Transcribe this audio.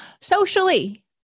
Socially